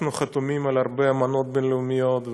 אנחנו חתומים על הרבה אמנות בין-לאומיות,